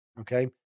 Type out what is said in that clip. Okay